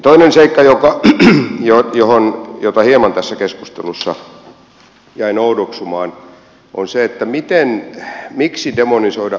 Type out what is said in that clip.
toinen seikka jota hieman tässä keskustelussa jäin oudoksumaan on se että miksi demonisoida urheilukilpailut